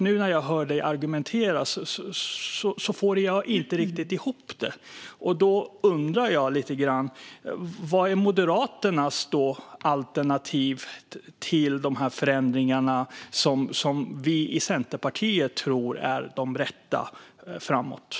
Nu när jag hör dig argumentera undrar jag därför: Vad är Moderaternas alternativ till dessa förändringar, som vi i Centerpartiet tror är de rätta framöver?